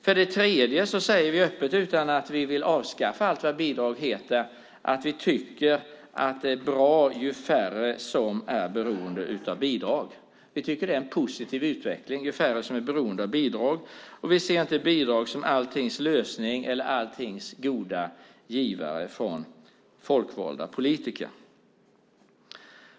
För det tredje säger vi öppet, utan att vi vill avskaffa allt vad bidrag heter, att vi tycker att det är bra och en positiv utveckling ju färre som är beroende av bidrag. Vi ser inte bidrag som alltings lösning eller alltings goda givare från folkvalda politiker.